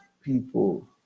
people